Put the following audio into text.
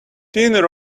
thin